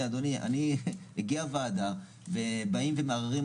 והייתי מעוניין יותר לראות,